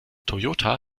toyota